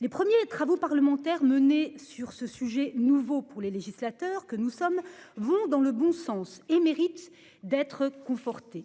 Les premiers travaux parlementaires menées sur ce sujet nouveau pour les législateurs que nous sommes vont dans le bon sens et mérite d'être conforté.